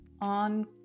on